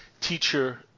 teacher